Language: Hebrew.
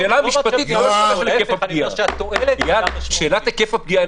זו שאלה משפטית זו לא שאלה של היקף הפגיעה.